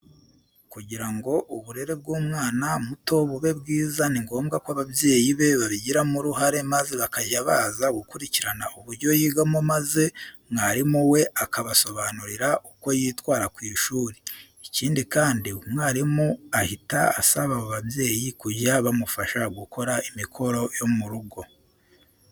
Kugira ngo uburere bw'umwana muto bube bwiza ni ngombwa ko ababyeyi be babigiramo uruhare maze bakajya baza kugurikirana uburyo yigamo maze mwarimu we akabasobanurira uko yitwara ku ishuri. Ikindi kandi, umwarimu ahita asaba abo babyeyi kujya bamufasha gukora imikoro yo mu rugo.